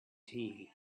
tea